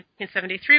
1973